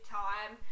time